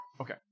Okay